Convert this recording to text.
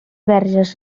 verges